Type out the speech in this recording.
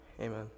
amen